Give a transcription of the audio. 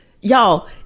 y'all